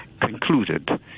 concluded